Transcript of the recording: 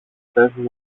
πες